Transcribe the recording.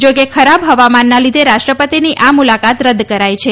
જાકે ખરાબ હવામાનના લીધે રાષ્ટ્રપતિની આ મુલાકાત રદ કરાઈ છે